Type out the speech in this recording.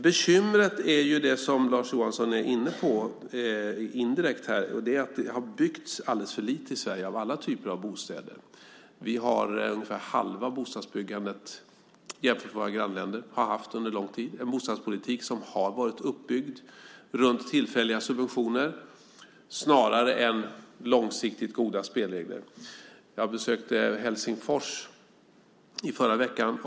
Bekymret är det som Lars Johansson indirekt var inne på, nämligen att det har byggts alldeles för lite i Sverige av alla typer av bostäder. Vi har ungefär halva bostadsbyggandet jämfört med vad våra grannländer har haft under en lång tid. Det är en bostadspolitik som har varit uppbyggd runt tillfälliga subventioner snarare än långsiktigt goda spelregler. Jag besökte Helsingfors i förra veckan.